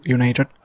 United